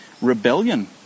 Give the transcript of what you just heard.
rebellion